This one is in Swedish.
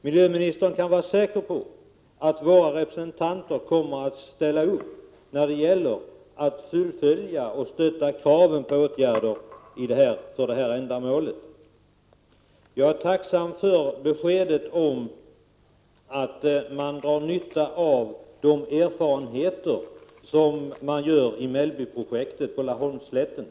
Miljöministern kan vara säker på att våra representanter kommer att ställa upp när det gäller att fullfölja och stötta kraven på åtgärder för detta ändamål. Jag är tacksam för beskedet att man drar nytta av de erfarenheter som görs i Mellbyprojektet på Laholmsslätten.